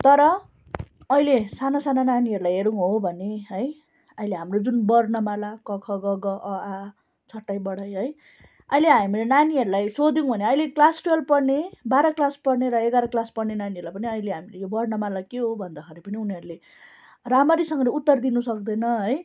तर अहिले साना साना नानीहरूलाई हेर्नु हो भने है अहिले हाम्रो जुन वर्णमाला क ख ग घ अ आ इ ई है अहिले हामीले नानीहरूलाई सोध्यौँ भने अहिले क्लास टुवेल्भ पढ्ने बाह्र क्लास पढ्ने र एघार क्लास पढ्ने नानीहरूलाई पनि अहिले हामीले यो वर्णमाला के हो भन्दाखेरि पनि उनीहरूले रामरीसँगले उत्तर दिनु सक्दैन है